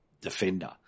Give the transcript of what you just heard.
defender